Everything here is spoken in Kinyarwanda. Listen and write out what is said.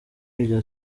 iryo